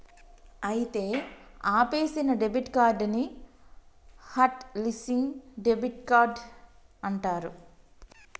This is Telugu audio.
అయితే ఆపేసిన డెబిట్ కార్డ్ ని హట్ లిస్సింగ్ డెబిట్ కార్డ్ అంటారు